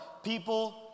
People